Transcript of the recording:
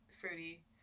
fruity